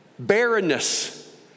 barrenness